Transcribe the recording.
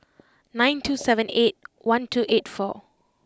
nine two seven eight one two eight four